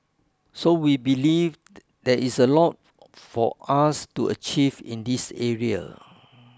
so we believe there is a lot for us to achieve in this area